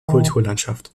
kulturlandschaft